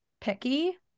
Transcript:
picky